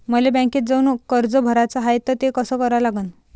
मले बँकेत जाऊन कर्ज भराच हाय त ते कस करा लागन?